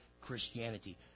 Christianity